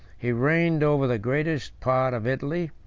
he reigned over the greatest part of italy,